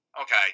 Okay